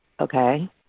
Okay